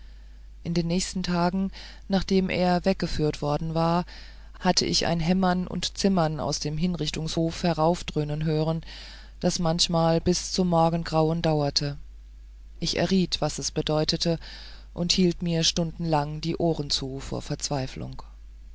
in den nächsten tagen nachdem er weggeführt worden war hatte ich ein hämmern und zimmern aus dem hinrichtungshof heraufdröhnen hören das manchmal bis zum morgengrauen dauerte ich erriet was es bedeutete und hielt mir stundenlang die ohren zu vor verzweiflung